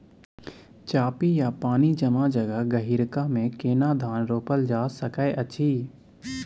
चापि या पानी जमा जगह, गहिरका मे केना धान रोपल जा सकै अछि?